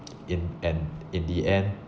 in and in the end